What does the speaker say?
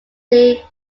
they